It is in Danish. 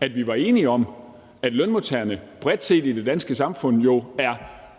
at vi var enige om, at lønmodtagerne bredt set i det danske samfund jo er